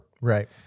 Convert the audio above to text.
Right